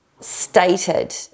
stated